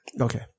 Okay